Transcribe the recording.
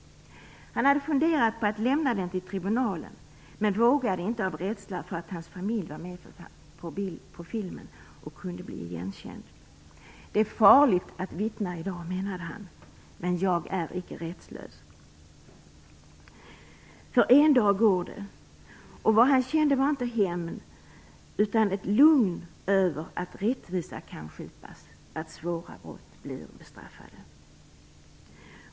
Han hade funderat på att lämna den till tribunalen, men han vågade inte av rädsla för att hans familj var med på filmen och kunde bli igenkänd. Han menade att det är farligt vittna i dag, men han är inte rättslös, därför att en dag är det möjligt. Vad han kände var inte hämnd utan ett lugn över att rättvisa kan skipas, att svåra brott blir bestraffade.